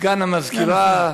סגן המזכירה,